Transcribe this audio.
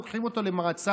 לוקחים אותו למעצר,